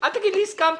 אל תגיד לי שהסכמתם.